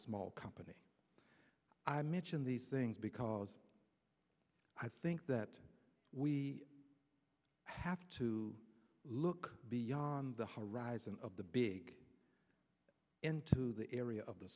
small company i mention these things because i think that we have to look beyond the horizon of the big into the area of the